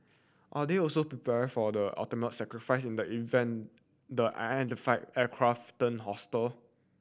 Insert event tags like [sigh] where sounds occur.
are they also be prepared for the ultimate sacrifice in the event the [unintelligible] aircraft turn hostile